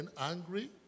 angry